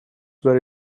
very